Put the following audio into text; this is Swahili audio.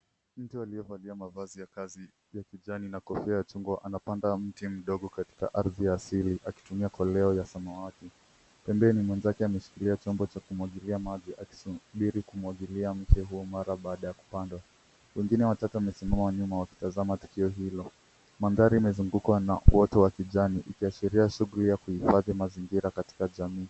Mtu aliyevalia mavazi ya kazi ya kijani na kofia ya chungwa, anapanda mti mdogo kwenye ardhi asili akitumia koleo ya samawati. Pembeni, mwenzake ameshika chombo cha kumwagilia maji akisubiri kumwagilia mti huu mara baada ya kupandwa. Wengine watatu wamesimama nyuma wakitazama tukio hilo. Mandhari imezungukwa na uoto wa kijani ikiashiria shughuli ya kuhifadhi mazingira katika jamii.